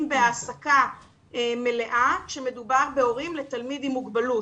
בהעסקה מלאה כאשר מדובר בהורים לתלמיד עם מוגבלות.